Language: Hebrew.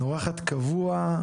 אורחת קבוע,